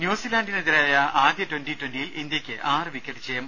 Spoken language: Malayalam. ന്യൂസിലാന്റിനെതിരായ ആദ്യ ട്വന്റി ട്വന്റിയിൽ ഇന്ത്യയ്ക്ക് ആറു വിക്കറ്റ് ജയം